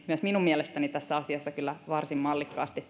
myös minun mielestäni tässä asiassa kyllä varsin mallikkaasti